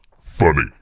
funny